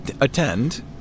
attend